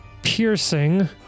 piercing